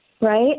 right